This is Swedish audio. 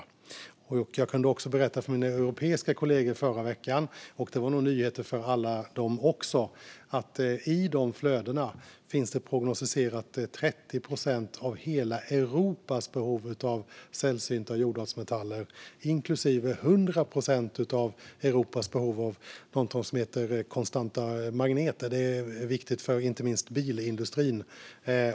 I förra veckan kunde jag berätta för mina europeiska kollegor - och det var nog en nyhet också för dem - att i dessa flöden finns det prognostiserat 30 procent av hela Europas behov av sällsynta jordartsmetaller, inklusive 100 procent av Europas behov av något som kallas konstanta magneter. Det är viktigt för inte minst bilindustrin.